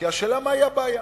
כי השאלה, מהי הבעיה